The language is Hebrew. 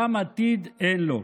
גם עתיד אין לו.